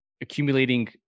accumulating